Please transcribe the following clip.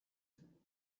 the